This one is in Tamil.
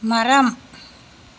மரம்